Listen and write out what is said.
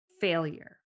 failure